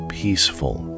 peaceful